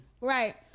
right